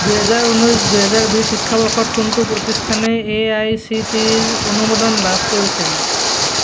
দুহেজাৰ ঊনৈছ দুহেজাৰ বিছ শিক্ষাবৰ্ষত কোনটো প্ৰতিষ্ঠানে এআইচিটিইৰ অনুমোদন লাভ কৰিছিল